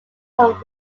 from